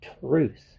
truth